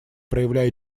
проявляя